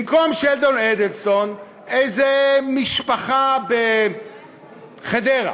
במקום שלדון אדלסון איזו משפחה בחדרה,